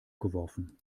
geworfen